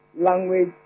language